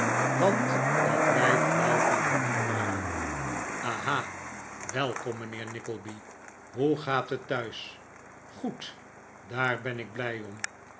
want dat wij flauw van den honger waren aha welkom mijnheer nickleby hoe gaat het thuis goed daar ben ik blij om